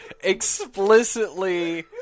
explicitly